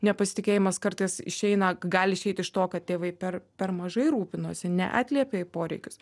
nepasitikėjimas kartais išeina gali išeit iš to kad tėvai per per mažai rūpinosi neatliepė į poreikius